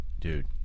Dude